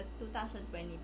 2020